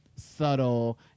subtle